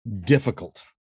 difficult